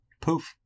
Poof